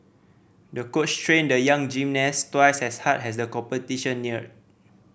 the coach trained the young gymnast twice as hard as the competition neared